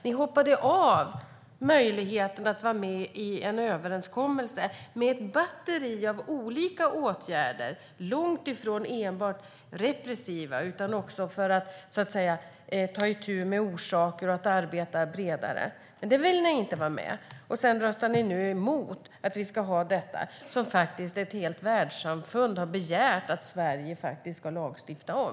Ni hoppade av en överenskommelse med ett batteri av olika åtgärder som inte var enbart repressiva utan som även gällde att ta itu med orsaker och att arbeta bredare. Det ville ni inte vara med om. Och nu röstar ni emot en lagstiftning som faktiskt ett helt världssamfund har begärt att Sverige ska lagstifta om.